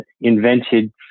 invented